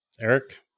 eric